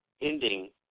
ending